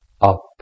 up